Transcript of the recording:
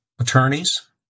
attorneys